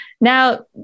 Now